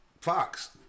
Fox